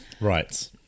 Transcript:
Right